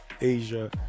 Asia